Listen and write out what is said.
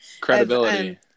credibility